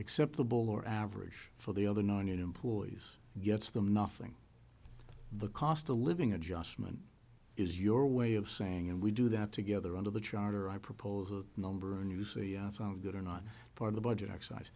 acceptable or average for the other nine your employees gets them nothing the cost of living adjustment is your way of saying and we do that together under the charter i propose a number and you say it's all good or not part of the budget exercise